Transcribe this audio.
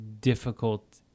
difficult